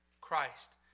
Christ